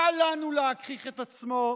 וקל לנו להגחיך אותו.